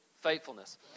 faithfulness